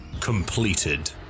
completed